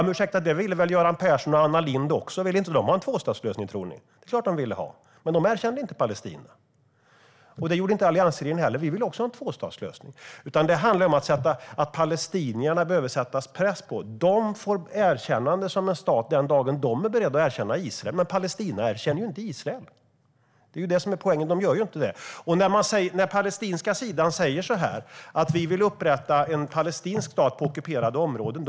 Men ursäkta, det ville väl Göran Persson och Anna Lindh också ha. Ville inte de ha en tvåstatslösning? Det är klart att de ville ha det. Men de erkände inte Palestina, och det gjorde inte heller alliansregeringen. Men vi ville också ha en tvåstatslösning. Det handlar om att man behöver sätta press på palestinierna. De blir erkända som en stat den dag som de är beredda att erkänna Israel. Men Palestina erkänner ju inte Israel. Det är det som är poängen. Palestinska sidan säger att man vill upprätta en palestinsk stat på ockuperade områden.